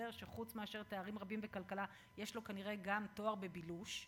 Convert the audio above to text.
שמסתבר שחוץ מאשר תארים רבים בכלכלה יש לו כנראה גם תואר בבילוש,